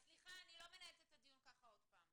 סליחה, אני לא מנהלת את הדיון ככה עוד פעם.